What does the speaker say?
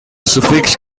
sufix